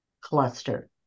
cluster